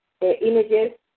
images